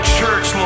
church